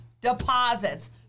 deposits